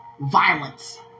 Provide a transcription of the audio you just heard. violence